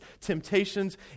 temptations